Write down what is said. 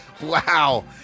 Wow